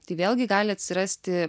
tai vėlgi gali atsirasti